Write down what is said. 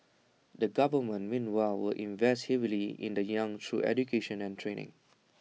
the government meanwhile will invest heavily in the young through education and training